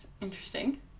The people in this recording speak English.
interesting